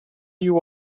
you